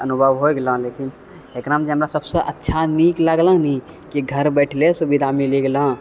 अनुभव होइ गेलौँ लेकिन एकरामे जे हमरा सभसँ अच्छा नीक लागलहनि कि घर बैठले सुविधा मिली गेलौँ